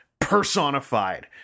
personified